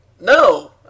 No